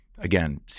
again